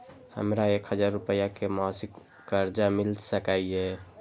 हमरा एक हजार रुपया के मासिक कर्जा मिल सकैये?